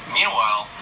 Meanwhile